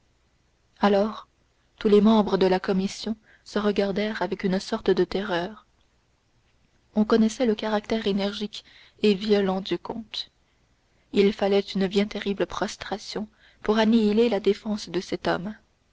alors tous les membres de la commission se regardèrent avec une sorte de terreur on connaissait le caractère énergique et violent du comte il fallait une bien terrible prostration pour annihiler la défense de cet homme